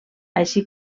així